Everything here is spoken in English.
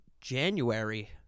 January